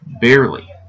barely